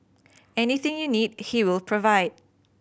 anything you need he will provide